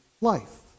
life